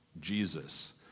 Jesus